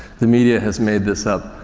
the media has made this up.